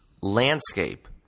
landscape